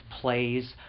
plays